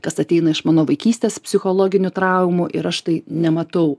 kas ateina iš mano vaikystės psichologinių traumų ir aš tai nematau